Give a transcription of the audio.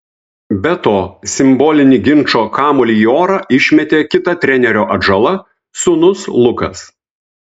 be to simbolinį ginčo kamuolį į orą išmetė kita trenerio atžala sūnus lukas